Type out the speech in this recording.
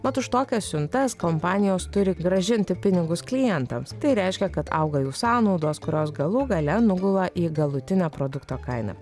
mat už tokias siuntas kompanijos turi grąžinti pinigus klientams tai reiškia kad auga jų sąnaudos kurios galų gale nugula į galutinę produkto kainą